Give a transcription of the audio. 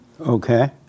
Okay